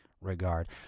regard